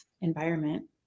environment